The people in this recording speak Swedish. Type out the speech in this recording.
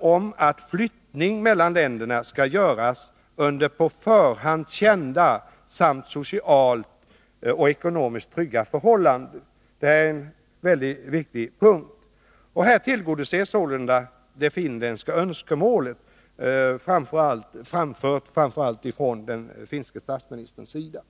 om att flyttning mellan länderna skall göras under på förhand kända samt socialt och ekonomiskt tryggade förhållanden — en mycket viktig punkt. Här tillgodoses sålunda det finländska önskemålet, framför allt framfört av den finske statsministern.